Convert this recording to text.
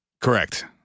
correct